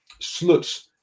Sluts